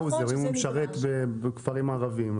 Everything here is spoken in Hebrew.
אם הוא משרת בכפרים ערביים,